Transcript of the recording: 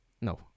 No